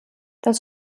das